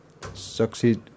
succeed